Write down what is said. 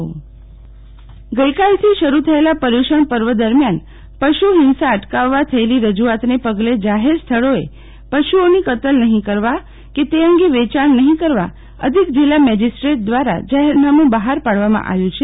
શીતલ વૈષ્ણવ પર્યુષણ પર્વ પશુહિંસા ગઈકાલથી શરૂ થયેલા પર્યુષણ પર્વ દરમિયાન પશુ ફિંસા અટકાવવા થયેલી રજુઆતને પગલે જાફેર સ્થળોએ પશુઓની કતલ નફિ કરવા કે તે અંગે વેચાણ નફિ કરવા અધિક જીલ્લા મેજીસ્ટ્રેટ દ્રારા જાહેરનામું બહાર પાડવામાં આવ્યુ છે